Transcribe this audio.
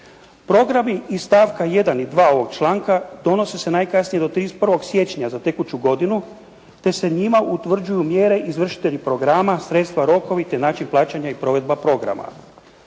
Programi iz stavka 1. i 2. ovog članka donose se najkasnije do 31. siječnja za tekuću godinu, te se njima utvrđuju mjere, izvršitelji programa, sredstva, rokovi te način plaćanja i provedba programa.